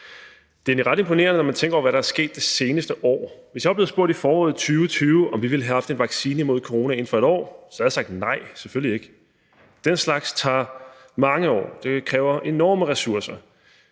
egentlig ret imponerende, når man tænker over, hvad der er sket det seneste år. Hvis jeg var blevet spurgt i foråret 2020, om vi ville have haft en vaccine imod corona inden for et år, så havde jeg sagt: Nej, selvfølgelig ikke. For den slags tager mange år, og det kræver enorme ressourcer,